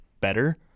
better